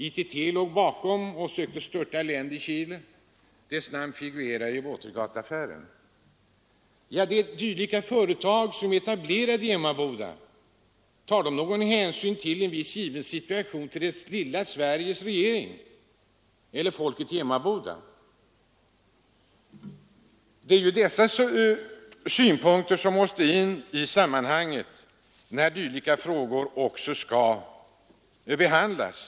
ITT låg bakom kuppen mot Allende i Chile, och dess namn figurerar i Watergateaffären. Det är alltså dylika företag som är etablerade i Emmaboda. Tar de i en viss given situation någon hänsyn till det lilla Sveriges regering eller till folket i Emmaboda? Det är sådana synpunkter som måste in i sammanhanget när dylika frågor behandlas.